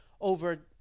over